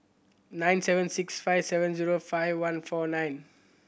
nine seven six five seven zero five one four nine